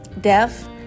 deaf